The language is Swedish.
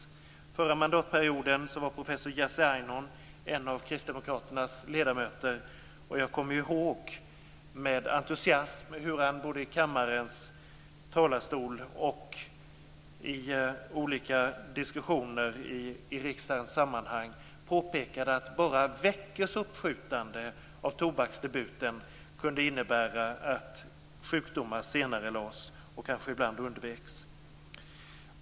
Under den förra mandatperioden var professor Jag kommer ihåg hur han med entusiasm i kammarens talarstol och i olika diskussioner i riksdagssammanhang påpekade att bara veckors uppskjutande av tobaksdebuten kunde innebära att sjukdomar senarelades eller undveks.